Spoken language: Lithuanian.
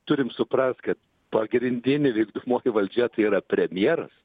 turim suprast kad pagrindinė vykdomoji valdžia tai yra premjeras